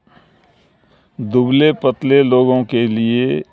دبلے پتلے لوگوں کے لیے